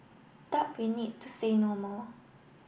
doubt we need to say no more